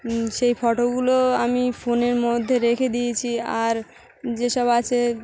সেই ফটোগুলো আমি ফোনের মধ্যে রেখে দিয়েছি আর যেসব আছে